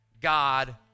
God